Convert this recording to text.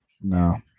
No